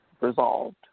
resolved